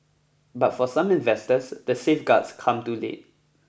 but for some investors the safeguards come too late